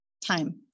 Time